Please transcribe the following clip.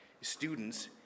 students